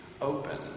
open